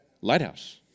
Lighthouse